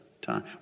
time